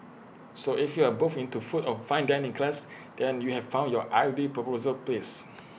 so if you are both into food of fine dining class then you have found your ideal proposal place